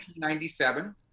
1997